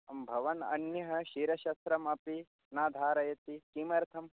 अं भवान् अन्यत् शिरस्त्रम् अपि न धारयति किमर्थं